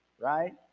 Right